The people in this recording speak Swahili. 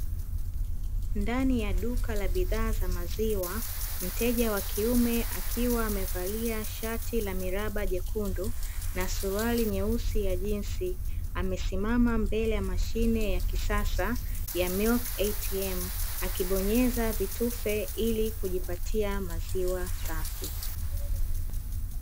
Ndani ya duka la bidhaa za maziwa mteja wa kiume akiwa amevalia shati la miraba nyekundu na suruali nyeusi ya jeans amesimama mbele ya mashine ya kisasa ya Milk ATM akibonyeza vitufe ili kujipatia maziwa safi.